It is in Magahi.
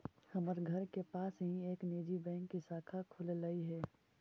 हमर घर के पास ही एक निजी बैंक की शाखा खुललई हे